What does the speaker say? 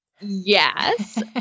Yes